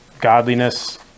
godliness